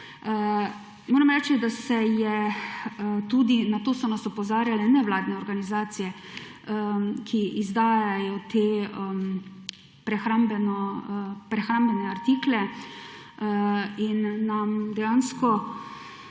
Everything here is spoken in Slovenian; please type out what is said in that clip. Moram reči, da se je tudi, na to so nas opozarjale nevladne organizacije, ki izdajajo te prehrambne artikle in nas dejansko